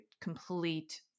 complete